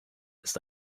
ist